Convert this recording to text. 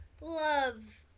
Love